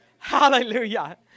hallelujah